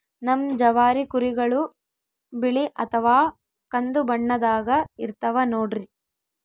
ನಮ್ ಜವಾರಿ ಕುರಿಗಳು ಬಿಳಿ ಅಥವಾ ಕಂದು ಬಣ್ಣದಾಗ ಇರ್ತವ ನೋಡ್ರಿ